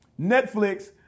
Netflix